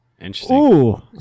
Interesting